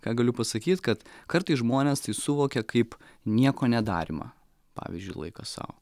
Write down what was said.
ką galiu pasakyt kad kartais žmonės tai suvokia kaip nieko nedarymą pavyzdžiui laikas sau